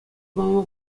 пама